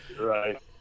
right